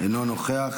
אינו נוכח.